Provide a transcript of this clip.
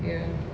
ya